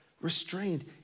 restrained